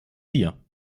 dir